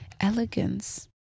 Elegance